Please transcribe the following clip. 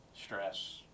stress